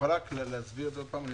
יכולה להסביר את זה עוד פעם?